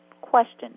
question